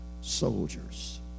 soldiers